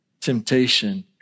temptation